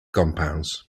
compounds